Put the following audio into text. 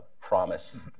promise